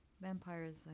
Vampires